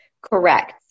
Correct